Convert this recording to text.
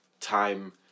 time